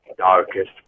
Darkest